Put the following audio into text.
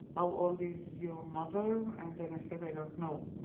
how old is your mother? and then i said, i don't know.